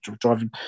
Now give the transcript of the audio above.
driving